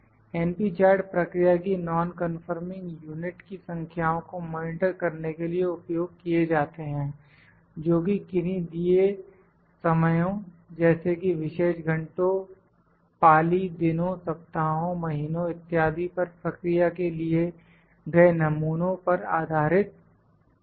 np chart प्रक्रिया की nonconforming unit की संख्याओं को मानीटर करने के लिए उपयोग किए जाते हैं जोकि किन्हीं दिए समयो जैसे कि विशेष घंटों पाली दिनों सप्ताहों महीनों इत्यादि पर प्रक्रिया से लिए गए नमूनों पर आधारित है